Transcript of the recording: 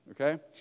okay